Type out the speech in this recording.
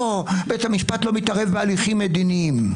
בית המשפט לא מתערב בהליכים מדיניים.